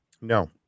no